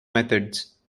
methods